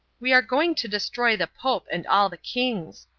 we are going to destroy the pope and all the kings,